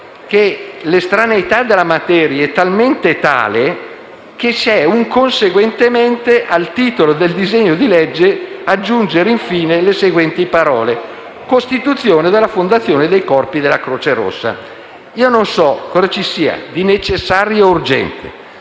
che l'estraneità della materia è tale che vi è un «*Conseguentemente, al titolo del disegno di legge aggiungere, in fine, le seguenti parole: ". Costituzione della Fondazione dei Corpi della Croce Rossa Italiana"*». Non so cosa vi sia di necessario, urgente